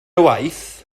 waith